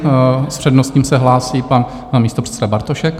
S přednostním se hlásí pan místopředseda Bartošek.